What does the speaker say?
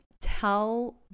tell